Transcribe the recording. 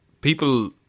people